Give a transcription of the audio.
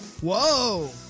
Whoa